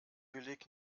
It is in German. beleg